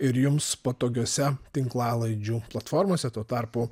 ir jums patogiose tinklalaidžių platformose tuo tarpu